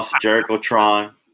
Jericho-Tron